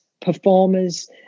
performers